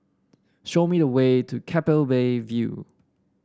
show me the way to Keppel View